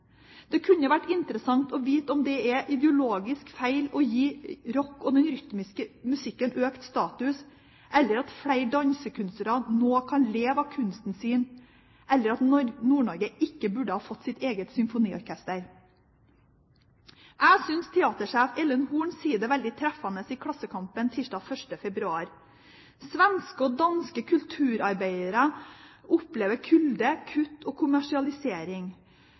Det kunne vært interessant å få vite om det er ideologisk feil å gi rock og den rytmiske musikken økt status, at flere dansekunstnere nå kan leve av kunsten sin, eller at Nord-Norge har fått sitt eget symfoniorkester. Jeg synes teatersjef Ellen Horn sier det veldig treffende i Klassekampen tirsdag 1. februar: «Svenske og danske kulturarbeidere opplever kulde, kutt og kommersialisering.